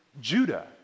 Judah